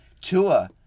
Tua